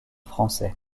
français